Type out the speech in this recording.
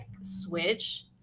switch